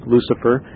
Lucifer